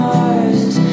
Mars